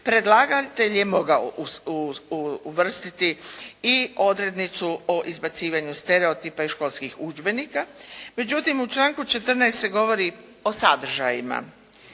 predlagatelj je mogao uvrstiti i odrednicu o izbacivanju stereotipa iz školskih udžbenika, međutim u članku 14. se govori o sadržajima,